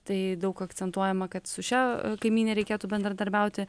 tai daug akcentuojama kad su šia kaimyne reikėtų bendradarbiauti